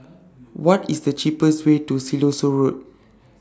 What IS The cheapest Way to Siloso Road